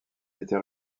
était